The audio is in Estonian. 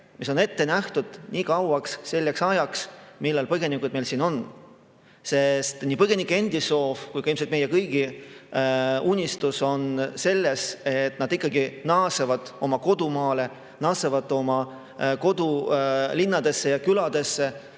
mis on ette nähtud nii kauaks, selleks ajaks, kuni põgenikud meil siin on. Sest nii põgenike endi soov kui ka ilmselt meie kõigi unistus on see, et nad ikkagi naasevad oma kodumaale, naasevad oma kodulinnadesse ja ‑küladesse,